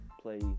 Play